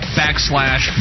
backslash